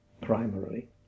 primarily